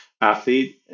athlete